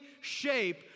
shape